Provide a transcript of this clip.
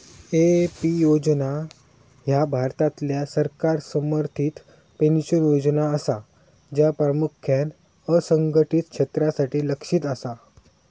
AP योजना ह्या भारतातल्या सरकार समर्थित पेन्शन योजना असा, ज्या प्रामुख्यान असंघटित क्षेत्रासाठी लक्ष्यित असा